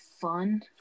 fun